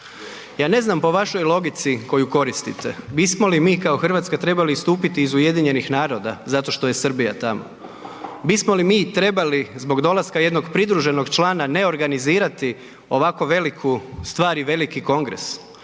ja ne znam po vašoj logici koju koristite bismo li mi kao Hrvatska trebali istupiti iz UN-a zato što je Srbija tamo? Bismo li mi trebali zbog dolaska jednog pridruženog člana ne organizirati ovako veliku stvar i veliki kongres?